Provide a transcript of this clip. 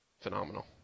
Phenomenal